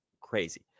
crazy